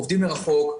עובדים מרחוק,